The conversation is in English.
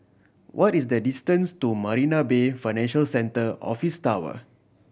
what is the distance to Marina Bay Financial Centre Office Tower